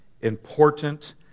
important